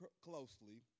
closely –